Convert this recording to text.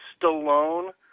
Stallone